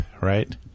right